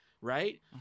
right